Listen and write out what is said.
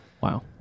Wow